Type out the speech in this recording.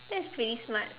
that's pretty smart